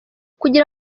kugira